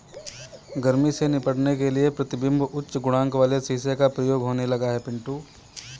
गर्मी से निपटने के लिए प्रतिबिंब उच्च गुणांक वाले शीशे का प्रयोग होने लगा है पिंटू